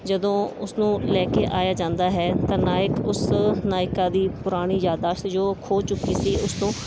ਜਦੋਂ ਉਸ ਨੂੰ ਲੈ ਕੇ ਆਇਆ ਜਾਂਦਾ ਹੈ ਤਾਂ ਨਾਇਕ ਉਸ ਨਾਇਕਾ ਦੀ ਪੁਰਾਣੀ ਯਾਦਦਾਸ਼ਤ ਜੋ ਖੋ ਚੁੱਕੀ ਸੀ ਉਸ ਤੋਂ